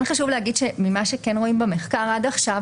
כן חשוב להגיד ששמה שכן רואים במחקר עד עכשיו,